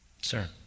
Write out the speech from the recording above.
Sir